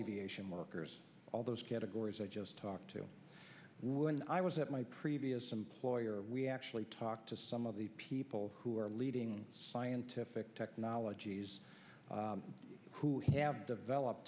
markers all those categories i just talked to when i was at my previous employer we actually talked to some of the people who are leading scientific technologies who have developed